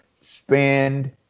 spend